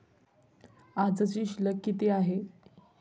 आजची शिल्लक किती आहे?